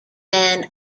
man